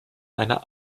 einer